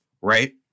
right